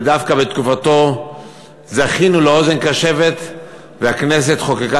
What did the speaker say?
ודווקא בתקופתו זכינו לאוזן קשבת והכנסת חוקקה